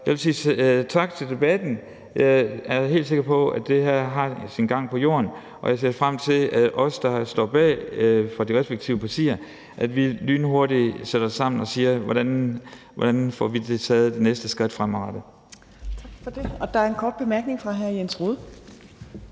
jeg vil sige tak for debatten. Jeg er helt sikker på, at det her har sin gang på jorden, og jeg ser frem til, at vi fra de respektive partier, der står bag, lynhurtigt sætter os sammen og ser på, hvordan vi får taget det næste skridt fremadrettet. Kl. 16:58 Tredje næstformand (Trine Torp): Tak for det. Og der er en kort bemærkning fra hr. Jens Rohde.